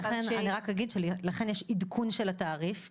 לכן אני רק אגיד שלכן יש עדכון של התעריף.